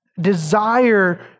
desire